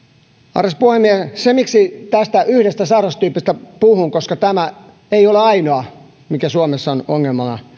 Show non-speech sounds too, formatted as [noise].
arvoisa puhemies se miksi tästä yhdestä sairaustyypistä puhun on että tämä ei ole ainoa mikä suomessa on ongelmana [unintelligible]